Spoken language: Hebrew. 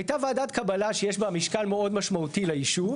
הייתה ועדת קבלה שיש בה משקל מאוד משמעותי לישוב